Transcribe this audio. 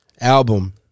album